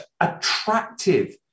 attractive